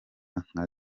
nka